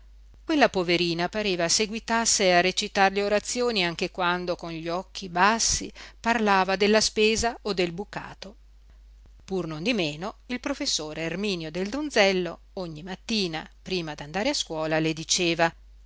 quella poverina pareva seguitasse a recitar le orazioni anche quando con gli occhi bassi parlava della spesa o del bucato pur non di meno il professor erminio del donzello ogni mattina prima d'andare a scuola le diceva